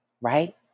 right